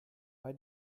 bei